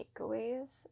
takeaways